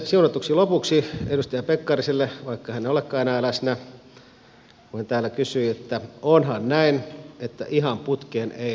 siunatuksi lopuksi edustaja pekkariselle vaikka hän ei olekaan enää läsnä kun hän täällä kysyi että onhan näin että ihan putkeen ei ole mennyt